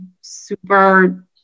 super